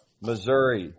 Missouri